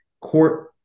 court